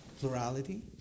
plurality